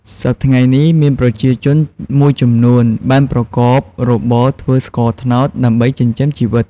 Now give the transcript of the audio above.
សព្វថ្ងៃនេះមានប្រជាជនមួយចំនួន បានប្រកបរបរធ្វើស្ករត្នោតដើម្បីចិញ្ជឹមជីវិត។